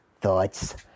thoughts